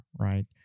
right